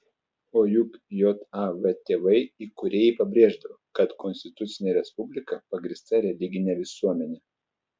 o juk jav tėvai įkūrėjai pabrėždavo kad konstitucinė respublika pagrįsta religine visuomene